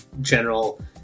general